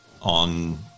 on